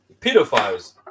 pedophiles